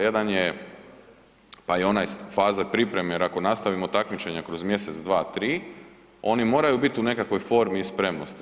Jedan je, pa i ona faza pripreme jer ako nastavimo takmičenje kroz mjesec, dva, tri, oni moraju bit u nekakvoj formi i spremnosti.